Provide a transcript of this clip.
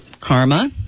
karma